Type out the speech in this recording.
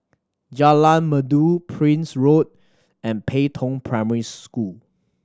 Jalan Merdu Prince Road and Pei Tong Primary School